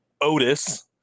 Otis